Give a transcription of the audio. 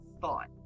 thought